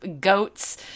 goats